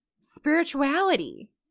spirituality